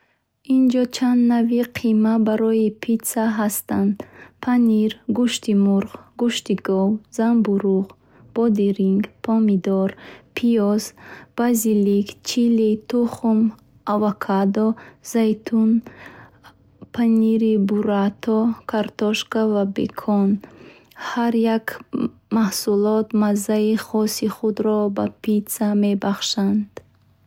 Инҷо чанд навъи қима барои пицца ҳастанд: панир гӯшти мурғ, гӯшти гов, занбурӯғ, бодиринг, помидор, пиёз, базилик, чилӣ, тухм, авокадо, зайтун, пвнири бурратта, картошка ва бекон. Ҳар як маъсулот маззаи хоси худро ба пицца мебахшад.